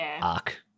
arc